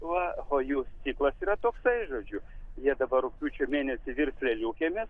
va o jų ciklas yra toks žodžiu jie dabar rugpjūčio mėnesį virs lėliukėmis